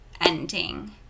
ending